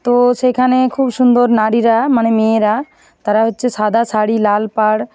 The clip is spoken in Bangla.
তো সেখানে খুব সুন্দর নারীরা মানে মেয়েরা তারা হচ্ছে সাদা শাড়ি লাল পাড়